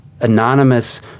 anonymous